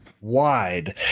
wide